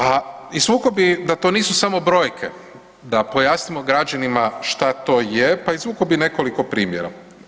A izvukao bi da to nisu samo brojke, da pojasnimo građanima šta to je, pa izvukao bi nekoliko primjera.